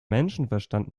menschenverstand